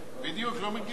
לא מגיעות לשם.